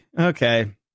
okay